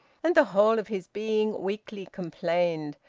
and the whole of his being weakly complained,